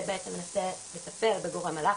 ובעצם מנסה לטפל בגורם הלחץ.